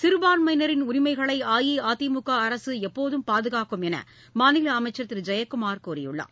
சிறுபான்மையினரின் உரிமைகளை அஇஅதிமுக அரசு எப்போதும் பாதுகாக்கும் என்று மாநில அமைச்சர் திரு ஜெயக்குமார் கூறியுள்ளார்